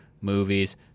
movies